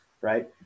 Right